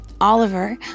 Oliver